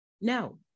no